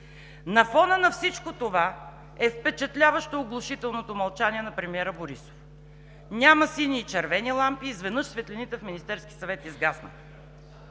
На фона на всичко това е впечатляващо оглушителното мълчание на премиера Борисов. Няма сини и червени лампи, изведнъж светлините в Министерския съвет изгаснаха.